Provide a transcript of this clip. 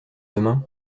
demain